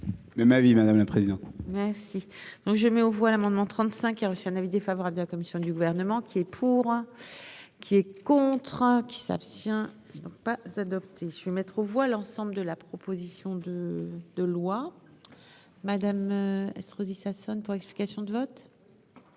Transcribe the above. ma vie. Madame la présidente. Merci donc je mets aux voix l'amendement 35, il a reçu un avis défavorable de la commission du gouvernement qui est. Pour. Qui est contre. Qui s'abstient donc pas adopté, je vais mettre aux voix l'ensemble de la proposition de de loi. Madame Estrosi Sassone pour explication de vote.